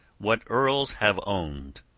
what earls have owned!